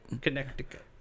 Connecticut